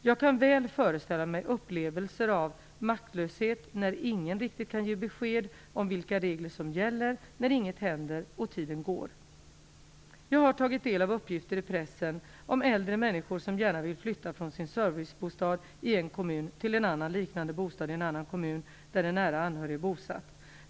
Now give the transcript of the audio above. Jag kan väl föreställa mig upplevelser av maktlöshet när ingen riktigt kan ge besked om vilka regler som gäller, när inget händer och tiden går. Jag har tagit del av uppgifter i pressen om äldre människor som gärna vill flytta från sin servicebostad i en kommun till en liknande bostad i en annan kommun där en nära anhörig är bosatt.